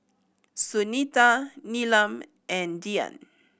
Sunita Neelam and Dhyan